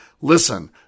Listen